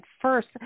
first